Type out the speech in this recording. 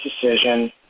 decision